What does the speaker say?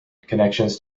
connections